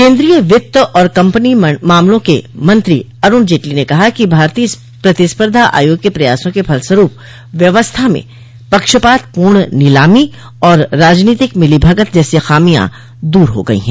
केन्द्रीय वित्त और कंपनी मामलों के मंत्री अरूण जटली ने कहा है कि भारतीय प्रतिस्पर्धा आयोग के प्रयासों के फलस्वरूप व्य्वस्था में पक्षपातपूर्ण नीलामी और राजनीतिक मिलीभगत जैसी खामियां दूर हो गई हैं